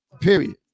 period